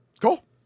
Cool